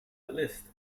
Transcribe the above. list